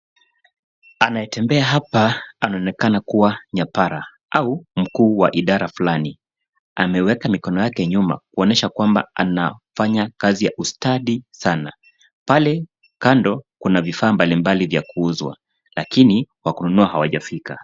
Anayetembea hapa anaonekana kuwa nyapara au mkuu wa idara fulani. Ameweka mikono yake nyuma kuonyesha kwamba anafanya kazi ya ustadi sana. Pale kando kuna vifaa mbalimbali vya kuuzwa lakini wa kununua hawajafika.